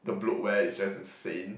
the bloatware is just insane